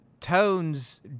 Tones